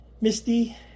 Misty